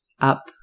up